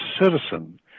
citizen